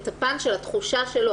את הפן של התחושה שלו,